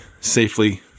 safely